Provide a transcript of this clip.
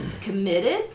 committed